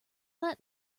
let